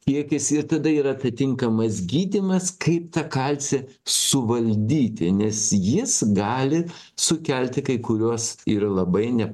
kiekis ir tada yra atitinkamas gydymas kaip tą kalcį suvaldyti nes jis gali sukelti kai kuriuos ir labai ne